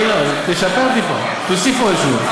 אילן, תשפר טיפה, תוסיף משהו.